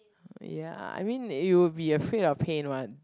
ya I mean you will be afraid of pain what